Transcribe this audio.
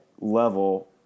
level